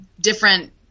different